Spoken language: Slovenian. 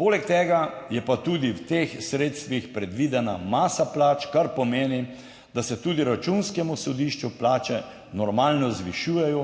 poleg tega je pa tudi v teh sredstvih predvidena masa plač, kar pomeni, da se tudi Računskemu sodišču plače normalno zvišujejo,